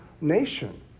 nation